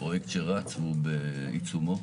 פרויקט שרץ, הוא בעיצומו.